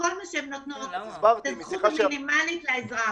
שכל מה שהן נותנות זה זכות מינימלית לאזרח.